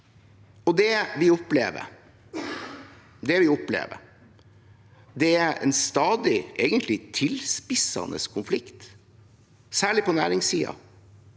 Det vi opplever, er egentlig en stadig tilspissende konflikt, særlig på næringssiden,